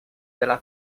della